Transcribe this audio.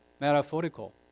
metaphorical